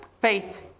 faith